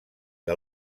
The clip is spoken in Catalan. que